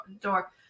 door